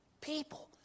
people